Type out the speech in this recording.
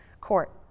court